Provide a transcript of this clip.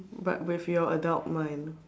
but with your adult mind